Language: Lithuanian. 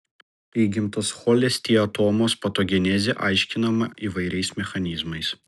įgimtos cholesteatomos patogenezė aiškinama įvairiais mechanizmais